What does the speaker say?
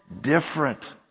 different